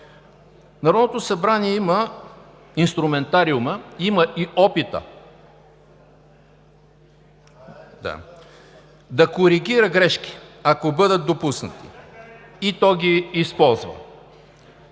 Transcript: Народното събрание има инструментариума, има и опита да коригира грешки, ако бъдат допуснати, и то ги използва.